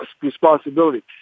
responsibility